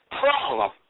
problem